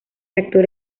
actor